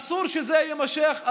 אסור שזה יימשך.